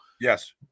Yes